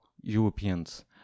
Europeans